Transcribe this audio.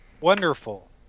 wonderful